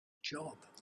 job